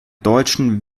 deutschen